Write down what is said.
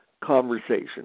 conversation